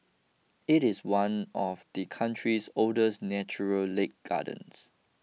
it is one of the country's oldest natural lake gardens